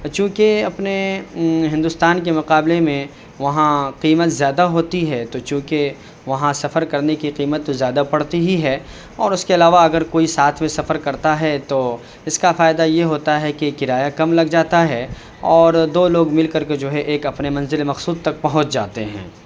چوں کہ اپنے ہندوستان کے مقابلے میں وہاں قیمت زیادہ ہوتی ہے تو چوں کہ وہاں سفر کرنے کی قیمت تو زیادہ پڑتی ہی ہے اور اس کے علاوہ اگر کوئی ساتھ میں سفر کرتا ہے تو اس کا فائدہ یہ ہوتا ہے کہ کرایہ کم لگ جاتا ہے اور دو لوگ مل کر کے جو ہے ایک اپنے منزل مقصود تک پہنچ جاتے ہیں